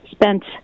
Spent